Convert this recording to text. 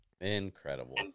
incredible